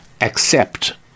accept